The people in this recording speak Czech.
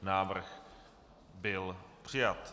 Návrh byl přijat.